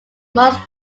most